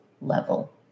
level